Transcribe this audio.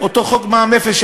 אותו חוק מע"מ אפס,